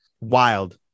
wild